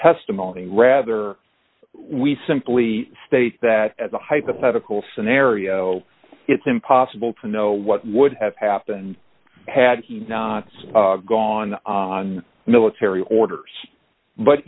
testimony rather we simply state that as a hypothetical scenario it's impossible to know what would have happened had he not gone on military orders but